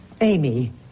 Amy